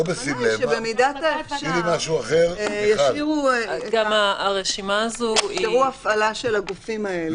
הכוונה היא שבמידת האפשר יאפשרו הפעלה של הגופים האלה.